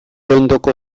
ondoko